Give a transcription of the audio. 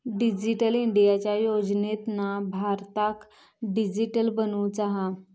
digital इंडियाच्या योजनेतना भारताक डीजिटली बनवुचा हा